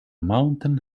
mountain